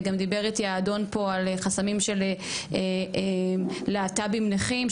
וגם דיבר איתי האדון פה על חסמים של להט"בים נכים,